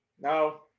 No